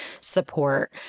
support